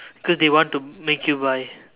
cause they want to make you buy